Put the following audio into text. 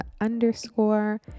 underscore